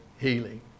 healing